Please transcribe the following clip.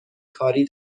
کاری